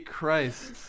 Christ